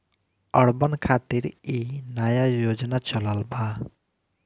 urban खातिर इ नया योजना चलल बा